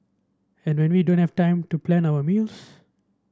and when we don't have time to plan our meals